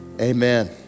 amen